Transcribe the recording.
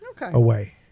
Away